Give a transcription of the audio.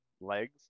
legs